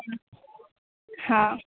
हा